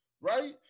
right